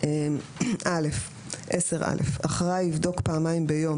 הפעלת לול האחראי יבדוק פעמיים ביום,